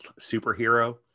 superhero